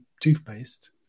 toothpaste